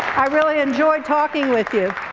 i really enjoyed talking with you.